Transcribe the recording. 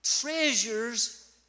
treasures